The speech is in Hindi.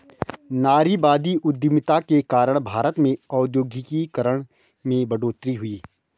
नारीवादी उधमिता के कारण भारत में औद्योगिकरण में बढ़ोतरी हुई